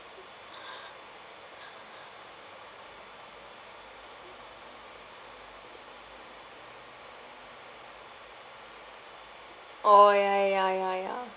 oh ya ya ya ya